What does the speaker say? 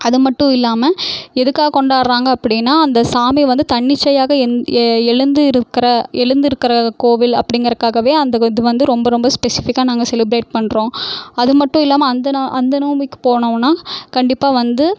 அதுமட்டும் இல்லாமல் எதுக்காக கொண்டாடுறாங்கள் அப்படின்னா அந்த சாமி வந்து தனிச்சையாக என் எழுந்து இருக்கிற எழுந்துருக்கிற கோவில் அப்படிங்கிறக்காகவே அந்த இது வந்து ரொம்ப ரொம்ப ஸ்பெஷிபிக்காக நாங்கள் செலிபிரேட் பண்ணுறோம் அதுமட்டு இல்லாமல் அந்த நா அந்த நோம்பிக்கு போனோம்னா கண்டிப்பாக வந்து